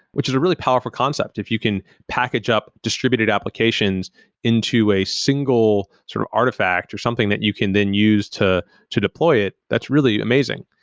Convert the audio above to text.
which is really powerful concept. if you can package up distributed applications into a single sort of artifact or something that you can then use to to deploy it, that's really amazing.